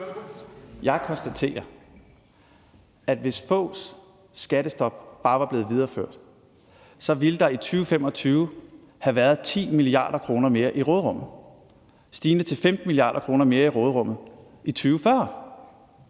Jeg konstaterer, at hvis Foghs skattestop bare var blevet videreført, ville der i 2025 have været 10 mia. kr. mere i råderummet, stigende til 15 mia. kr. mere i råderummet i 2040.